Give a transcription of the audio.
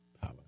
power